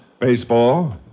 Baseball